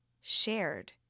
shared